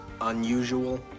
unusual